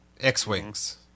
X-wings